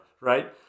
right